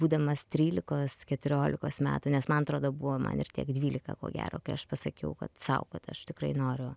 būdamas trylikos keturiolikos metų nes man atrodo buvo man ir tiek dvylika ko gero kai aš pasakiau kad sau kad aš tikrai noriu